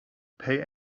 pay